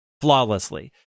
flawlessly